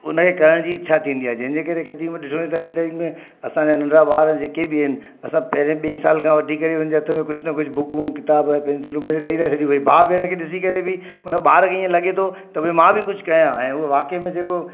हुनखे करण जी इच्छा थींदी आहे जंहिंजे करे कॾहिं मां ॾिठो आहे अॼु जी तारीख़ में असांजा नंढ़िणा ॿार जेके बि आहिनि असां पहिरें ॿीं साल खां वठी करे हुनजे हथ में कुझु न कुझु बुक वुक किताब ऐं पेंसिलू खणी ॾेई था छॾियूं भई भाउ भेण खे ॾिसी करे बि हुन ॿार खे इअं लॻे थो त भई मां बि कुझु कया ऐं उहा वाक़ई में जेको